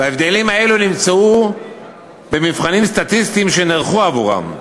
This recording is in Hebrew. וההבדלים האלה נמצאים במבחנים סטטיסטיים שנערכו עבורם.